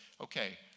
okay